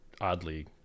oddly